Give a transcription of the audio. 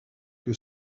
que